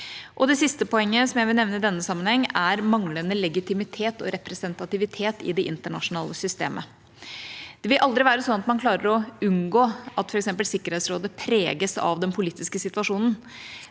Det siste poenget jeg vil nevne i denne sammenheng, er manglende legitimitet og representativitet i det internasjonale systemet. Det vil aldri være sånn at man klarer å unngå at f.eks. Sikkerhetsrådet preges av den politiske situasjonen,